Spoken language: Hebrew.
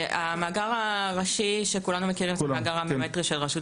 המאגר הראשי שכולנו מכירים זה המאגר הביומטרי של רשות